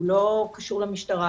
הוא לא קשור למשטרה,